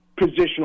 positional